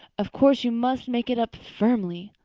of course, you must make it up firmly.